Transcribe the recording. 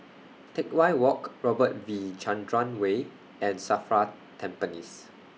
Teck Whye Walk Robert V Chandran Way and SAFRA Tampines